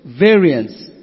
variance